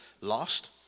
lost